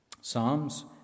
psalms